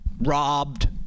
robbed